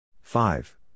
five